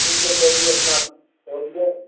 ठीक छै तऽ ई अपना तौलियौ